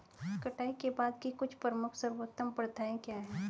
कटाई के बाद की कुछ प्रमुख सर्वोत्तम प्रथाएं क्या हैं?